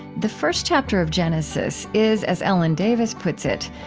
the first chapter of genesis is, as ellen davis puts it,